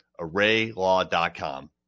ArrayLaw.com